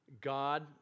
God